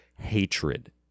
hatred